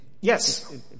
Yes